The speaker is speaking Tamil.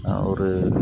நான் ஒரு